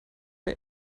der